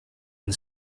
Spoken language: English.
and